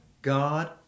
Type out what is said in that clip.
God